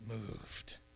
moved